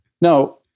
no